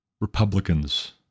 Republicans